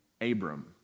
Abram